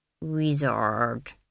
Wizard